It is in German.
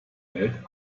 welt